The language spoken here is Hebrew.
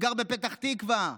גר בפתח תקווה,